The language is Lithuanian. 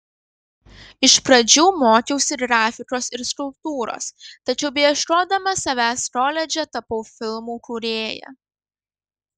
iš pradžių mokiausi grafikos ir skulptūros tačiau beieškodama savęs koledže tapau filmų kūrėja